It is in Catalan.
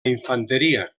infanteria